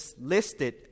listed